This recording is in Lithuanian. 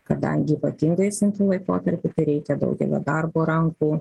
kadangi ypatingai sunkiu laikotarpiu tai reikia daugelio darbo rankų